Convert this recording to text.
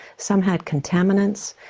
some had contaminants,